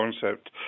concept